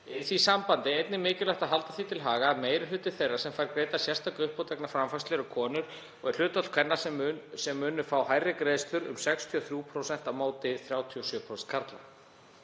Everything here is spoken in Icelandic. því sambandi einnig mikilvægt að halda því til haga að meiri hluti þeirra sem fær greidda sérstaka uppbót vegna framfærslu eru konur og er hlutfall kvenna sem munu fái hærri greiðslur um 63% á móti 37% karla.